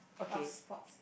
I'll spots